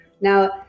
Now